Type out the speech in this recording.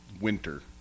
winter